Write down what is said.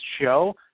show